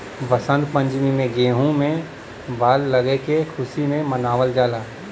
वसंत पंचमी में गेंहू में बाल लगले क खुशी में मनावल जाला